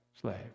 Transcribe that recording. slave